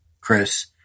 Chris